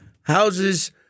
houses